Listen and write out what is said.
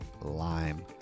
lime